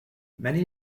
many